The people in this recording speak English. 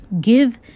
Give